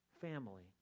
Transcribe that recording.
family